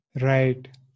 Right